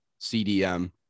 CDM